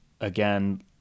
again